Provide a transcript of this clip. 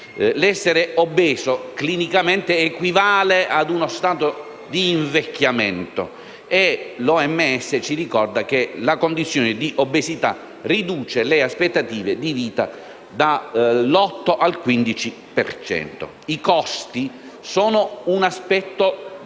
L'essere obeso clinicamente equivale ad uno stato di invecchiamento e l'OMS ci ricorda che la condizione di obesità riduce le aspettative di vita dall'8 al 15 per cento. I costi sono un aspetto